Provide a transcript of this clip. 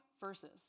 verses